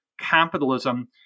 capitalism